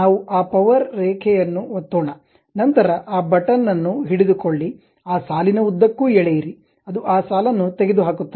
ನಾವು ಆ ಪವರ್ ರೇಖೆಯನ್ನು ಒತ್ತೋಣ ನಂತರ ಆ ಬಟನ್ ಅನ್ನು ಹಿಡಿದುಕೊಳ್ಳಿ ಆ ಸಾಲಿನ ಉದ್ದಕ್ಕೂ ಎಳೆಯಿರಿ ಅದು ಆ ಸಾಲನ್ನು ತೆಗೆದುಹಾಕುತ್ತದೆ